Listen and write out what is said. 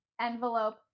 Envelope